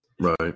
right